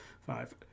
Five